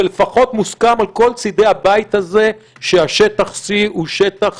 ולפחות מוסכם על כל צידי הבית הזה ששטח C הוא שטח